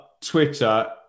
twitter